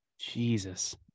Jesus